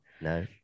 No